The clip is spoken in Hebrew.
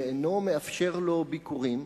ואינו מאפשר לו ביקורים,